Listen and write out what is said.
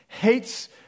hates